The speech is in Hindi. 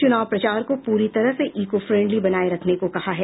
चुनाव प्रचार को पूरी तरह से इको फ्रेंडली बनाये रखने को कहा है